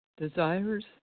desires